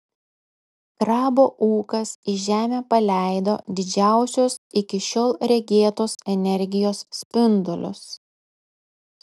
krabo ūkas į žemę paleido didžiausios iki šiol regėtos energijos spindulius